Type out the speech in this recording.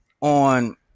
on